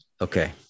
Okay